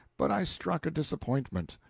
but i struck a disappointment.